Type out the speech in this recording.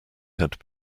had